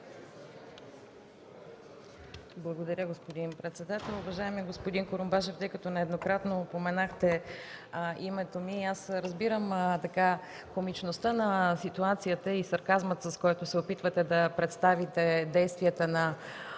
Благодаря, господин председател. Уважаеми господин Курумбашев, тъй като нееднократно споменахте името ми, разбирам комичността на ситуацията и сарказма, с който се опитвате да представите действията на